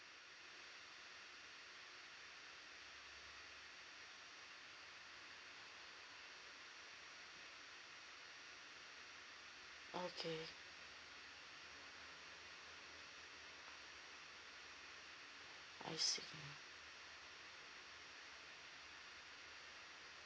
okay yes